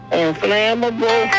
inflammable